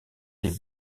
des